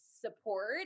support